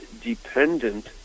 dependent